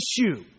issue